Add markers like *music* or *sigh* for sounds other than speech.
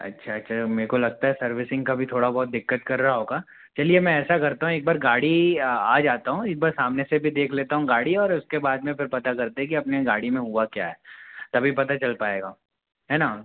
अच्छा अच्छा मे को लगता है सर्विसिंग का भी थोड़ा बहुत दिक्कत कर रहा होगा चलिए मैं ऐसा करता हूँ एक बार गाड़ी *unintelligible* आ जाता हूँ एक बार सामने से भी देख लेता हूँ गाड़ी और उसके बात में फिर पता करते हैं कि अपनी गाड़ी में हुआ क्या है तभी पता चल पाएगा है ना